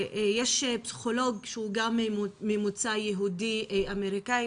יש פסיכולוג שהוא גם ממוצא יהודי אמריקאי,